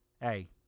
Hey